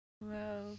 Wow